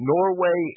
Norway